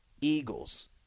Eagles